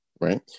right